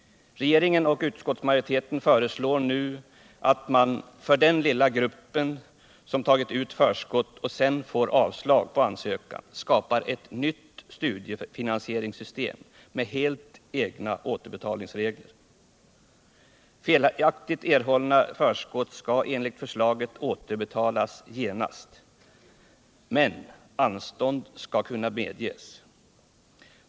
Regeringen och utskottsmajoriteten föreslår nu att man för den lilla grupp som tagit ut förskott och sedan får avslag på ansökan skapar ett nytt studiefinansieringssystem med alldeles speciella återbetalningsregler. Felaktigt erhållna förskott skall enligt förslaget återbetalas genast, men anstånd skall kunna medges.